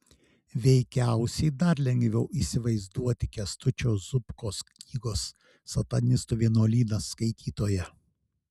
veikiausiai dar lengviau įsivaizduoti kęstučio zubkos knygos satanistų vienuolynas skaitytoją